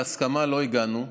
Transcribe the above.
להסכמה לא הגענו,